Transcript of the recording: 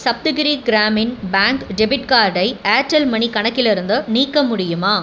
Saptagiri Grameen bank debit கார்டை Airtel money கணக்கிலிருந்து நீக்க முடியுமா